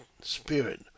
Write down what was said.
spirit